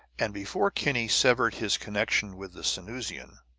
and before kinney severed his connection with the sanusian,